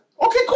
Okay